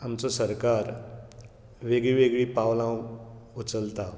आमचो सरकार वेगळीं वेगळीं पावलां उचलता